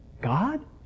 God